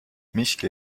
miski